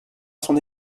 son